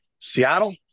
Seattle